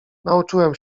nauczyłem